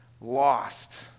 lost